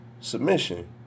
submission